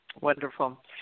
Wonderful